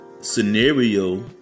scenario